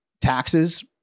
taxes